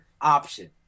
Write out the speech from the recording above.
option